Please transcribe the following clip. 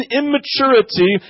immaturity